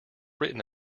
written